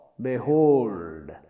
behold